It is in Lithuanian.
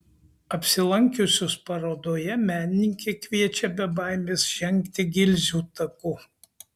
apsilankiusius parodoje menininkė kviečia be baimės žengti gilzių taku